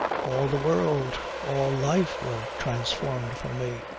all the world, all life were transformed for me.